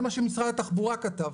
זה מה שמשרד התחבורה כתב.